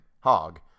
Hog